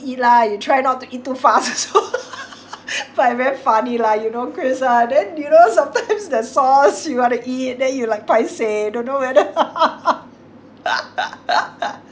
eat lah you try not to eat too fast also like very funny lah you know chris ah then you know sometime the sauce you want to eat then you like paiseh don't know whether